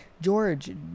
George